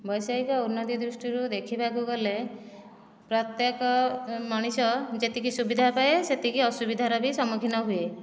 ବୈଷୟିକ ଉନ୍ନତି ଦୃଷ୍ଟିରୁ ଦେଖିବାକୁ ଗଲେ ପ୍ରତ୍ୟେକ ମଣିଷ ଯେତିକି ସୁବିଧା ପାଏ ସେତିକି ଅସୁବିଧାର ବି ସମ୍ମୁଖୀନ ହୁଏ